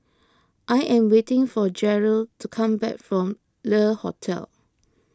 I am waiting for Jered to come back from Le Hotel